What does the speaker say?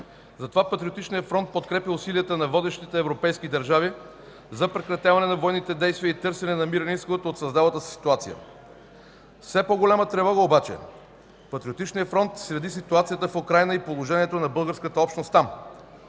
Затова Патриотичният фронт подкрепя усилията на водещите европейски държави за прекратяване на военните действия и търсене на мирен изход от създалата се ситуация. С все по-голяма тревога обаче Патриотичният фронт следи ситуацията в Украйна и положението на българската общност там.